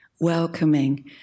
welcoming